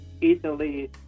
Italy